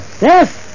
Yes